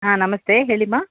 ಹಾಂ ನಮಸ್ತೆ ಹೇಳಿ ಮಾ